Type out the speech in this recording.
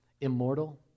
immortal